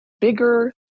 bigger